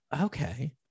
Okay